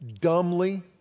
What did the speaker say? dumbly